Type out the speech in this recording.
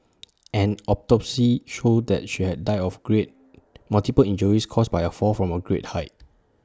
an autopsy showed that she had died of great multiple injuries caused by A fall from A great height